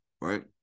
right